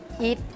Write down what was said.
eat